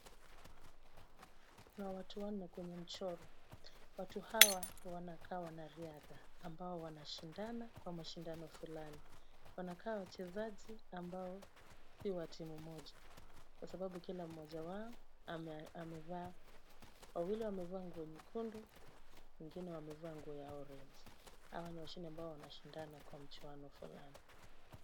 Kuna watu wanne kwenye mchoro. Watu hawa wanakaa wanariadha ambao wanashindana kwa mashindano fulani. Inakaa wachezaji ambao si wa timu moja kwa sababu kila mmoja wao amevaa. Wawili wamevaa nguo nyekundu na wengine wamevaa nguo ya orange . Hawa ni washindani ambao wanashindana kwa mchuano fulani.